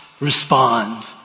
respond